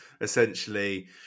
essentially